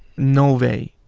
no way.